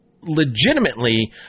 legitimately